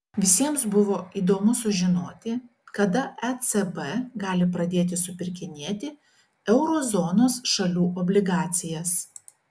visiems buvo įdomu sužinoti kada ecb gali pradėti supirkinėti euro zonos šalių obligacijas